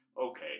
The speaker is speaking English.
Okay